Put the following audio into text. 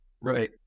right